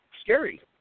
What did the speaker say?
scary